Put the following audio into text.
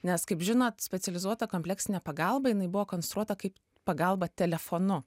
nes kaip žinot specializuota kompleksinė pagalba jinai buvo konstruota kaip pagalba telefonu